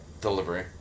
Delivery